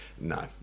no